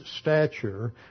stature